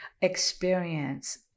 experience